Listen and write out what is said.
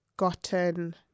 gotten